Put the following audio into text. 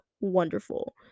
wonderful